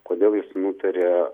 kodėl jis nutarė